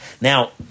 Now